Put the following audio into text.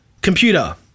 Computer